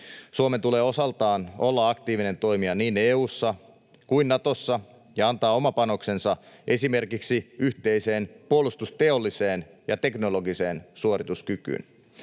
Suomen tulee osaltaan olla aktiivinen toimija niin EU:ssa kuin Natossa ja antaa oma panoksensa esimerkiksi yhteiseen puolustusteolliseen ja teknologiseen suorituskykyyn.